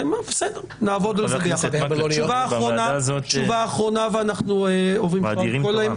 תשובה אחרונה ואנחנו ממשיכים.